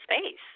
space